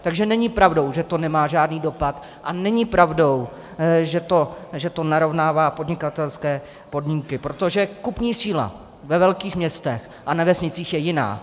Takže není pravdou, že to nemá žádný dopad, a není pravdou, že to narovnává podnikatelské podmínky, protože kupní síla ve velkých městech a na vesnicích je jiná.